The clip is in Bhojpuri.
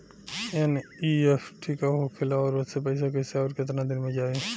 एन.ई.एफ.टी का होखेला और ओसे पैसा कैसे आउर केतना दिन मे जायी?